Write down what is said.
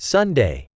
Sunday